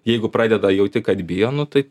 jeigu pradeda jauti kad bijo nu tai